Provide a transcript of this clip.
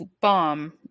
bomb